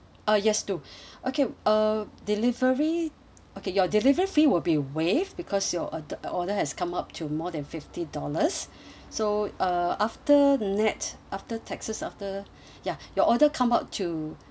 uh yes do okay uh delivery okay your delivery fee will be waived because your orde~ uh order has come up to more than fifty dollars so uh after nett after taxes after ya your order come up to